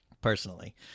Personally